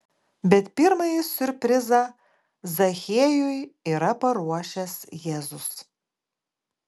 bet pirmąjį siurprizą zachiejui yra paruošęs jėzus